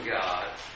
God